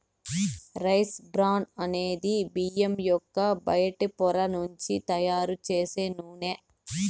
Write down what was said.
rice bran అనేది బియ్యం యొక్క బయటి పొర నుంచి తయారు చేసే నూనె